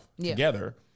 together